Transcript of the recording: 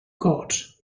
got